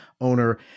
owner